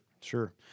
sure